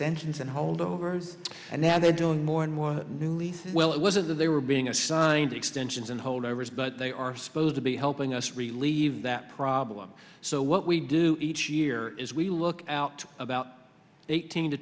extensions and holdover and now they're doing more and more newly well it wasn't that they were being assigned extensions in holdovers but they are supposed to be helping us relieve that problem so what we do each year is we look out about eighteen to